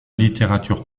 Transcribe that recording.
littérature